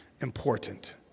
important